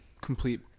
complete